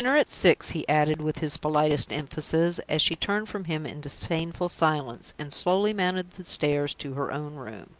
dinner at six, he added, with his politest emphasis, as she turned from him in disdainful silence, and slowly mounted the stairs to her own room.